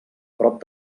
prop